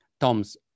Tom's